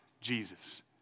Jesus